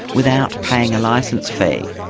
without paying a licence fee.